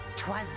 Twas